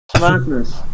Madness